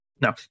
No